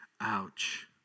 ouch